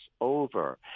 over